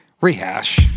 rehash